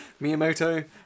Miyamoto